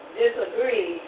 disagree